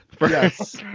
Yes